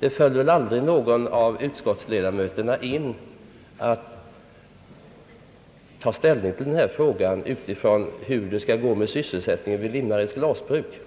det föll aldrig någon av utskottsledamöterna in att ta ställning till frågan med utgångspunkt från hur det skall gå med sysselsättningen vid Limmareds glasbruk.